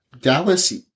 Dallas